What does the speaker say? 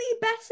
better